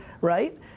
right